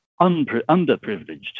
underprivileged